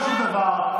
שום דבר,